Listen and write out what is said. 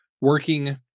working